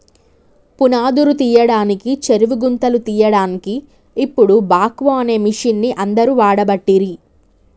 పునాదురు తీయడానికి చెరువు గుంతలు తీయడాన్కి ఇపుడు బాక్వో అనే మిషిన్ని అందరు వాడబట్టిరి